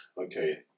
okay